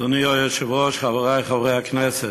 אדוני היושב-ראש, חברי חברי הכנסת,